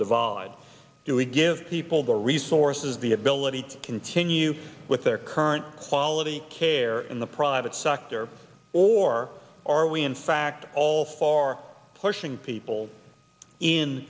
divide do we give people the resources the ability to continue with their current quality care in the private sector or are we in fact all for pushing people in